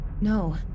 No